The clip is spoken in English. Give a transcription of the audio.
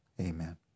amen